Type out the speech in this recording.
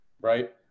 Right